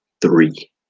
Three